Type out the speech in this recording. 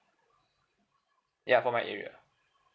ya for my area